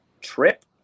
trip